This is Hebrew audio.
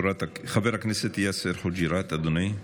חבר הכנסת יאסר חוג'יראת, אדוני,